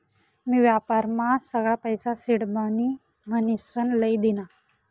मी व्यापारमा सगळा पैसा सिडमनी म्हनीसन लई दीना